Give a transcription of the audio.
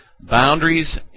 Boundaries